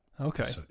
Okay